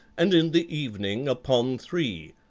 and in the evening upon three?